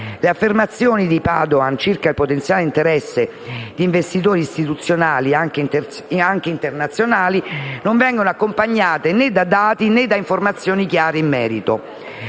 le affermazioni del ministro Padoan circa il potenziale interesse di investitori istituzionali, anche internazionali, non vengono accompagnate da dati e informazioni chiare in merito.